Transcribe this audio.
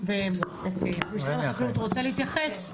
אבל האחריות הישירה שלנו היא ניהול השמורות והגנים.